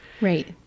Right